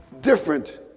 different